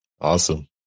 awesome